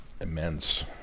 immense